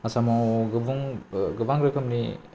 आसामाव गुबुं गोबां रोखोमनि